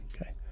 okay